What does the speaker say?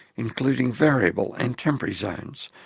including variable and temporary zones,